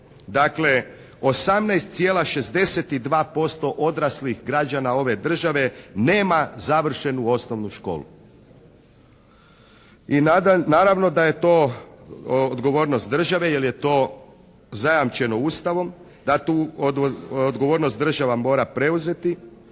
dakle, 18,62% odraslih građana ove države nema završenu osnovnu školu. I naravno da je to odgovornost države jer je to zajamčeno Ustavom da tu odgovornost država mora preuzeti